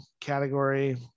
category